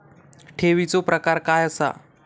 ठेवीचो प्रकार काय असा?